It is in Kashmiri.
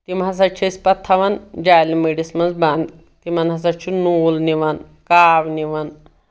تِم ہسا چھِ أسۍ پَتہٕ تھاوان جالہِ مٔڑِس منٛز بنٛد تِمن ہسا چھُ نوٗل نِوان کاو نِوان